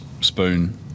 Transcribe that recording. spoon